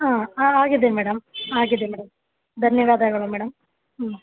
ಹಾಂ ಆಗಿದೆ ಮೇಡಮ್ ಆಗಿದೆ ಮೇಡಮ್ ಧನ್ಯವಾದಗಳು ಮೇಡಮ್ ಹ್ಞೂ